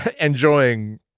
enjoying